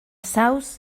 saus